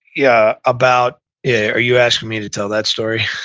yeah, about, yeah are you asking me to tell that story?